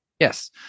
Yes